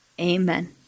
Amen